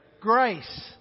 Grace